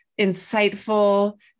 insightful